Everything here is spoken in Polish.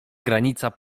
granica